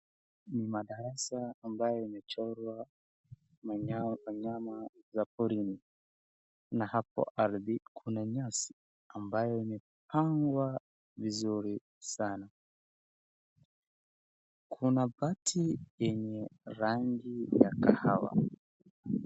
Ni madarasa ambayo imechorwa wanyama za porini na hapo ardhi kuna nyasi ambayo imepangwa vizuri sana kuna bati yenye rangi ya kahawa.